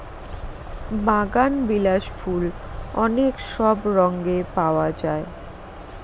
বাগানবিলাস ফুল অনেক সব রঙে পাওয়া যায়